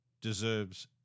deserves